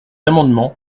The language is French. amendement